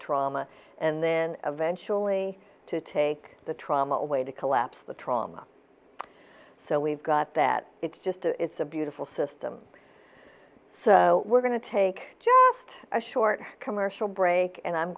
trauma and then eventually to take the trauma way to collapse the trauma so we've got that it's just it's a beautiful system so we're going to take a short commercial break and i'm